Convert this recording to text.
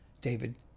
David